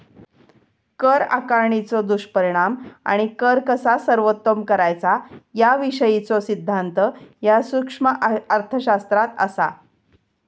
कर आकारणीचो दुष्परिणाम आणि कर कसा सर्वोत्तम करायचा याविषयीचो सिद्धांत ह्या सूक्ष्म अर्थशास्त्रात असा